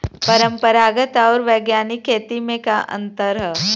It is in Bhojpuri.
परंपरागत आऊर वैज्ञानिक खेती में का अंतर ह?